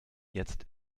jetzt